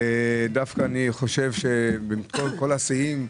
אני דווקא חושב שבמקום כל השיאים,